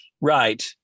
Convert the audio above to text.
Right